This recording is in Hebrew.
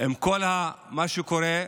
עם כל מה שקורה,